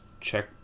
Check